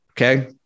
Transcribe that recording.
okay